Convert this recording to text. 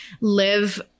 live